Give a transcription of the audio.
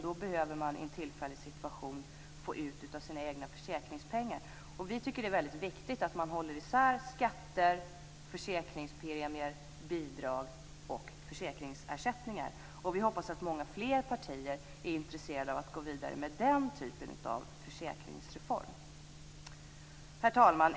Då behöver man i en tillfällig situation få ut av sina egna försäkringspengar. Vi tycker att det är väldigt viktigt att man håller isär skatter, försäkringspremier, bidrag och försäkringsersättningar. Vi hoppas också att många fler partier är intresserade av att gå vidare med den typen av försäkringsreform. Herr talman!